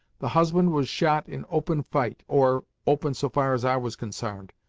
the husband was shot in open fight or, open so far as i was consarned,